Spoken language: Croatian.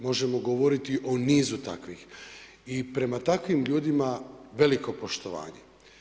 Možemo govoriti o nizu takvih, i prema takvim ljudima veliko poštivanje.